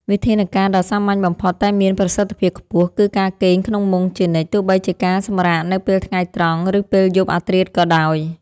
វិធានការដ៏សាមញ្ញបំផុតតែមានប្រសិទ្ធភាពខ្ពស់គឺការគេងក្នុងមុងជានិច្ច ទោះបីជាការសម្រាកនៅពេលថ្ងៃត្រង់ ឬពេលយប់អាធ្រាត្រក៏ដោយ។